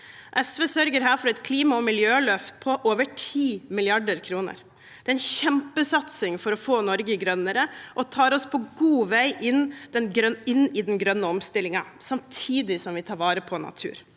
SV sørger her for et klima- og miljøløft på over 10 mrd. kr. Det er en kjempesatsing for å få Norge grønnere og tar oss på god vei inn i den grønne omstillingen, samtidig som vi tar vare på natur.